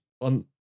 On